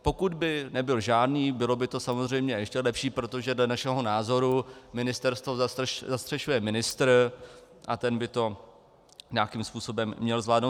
Pokud by nebyl žádný, bylo by to samozřejmě ještě lepší, protože dle našeho názoru ministerstvo zastřešuje ministr a ten by to nějakým způsobem měl zvládnout.